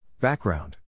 Background